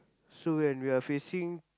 so when we are facing